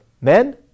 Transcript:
men